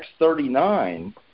X39